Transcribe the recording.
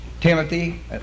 Timothy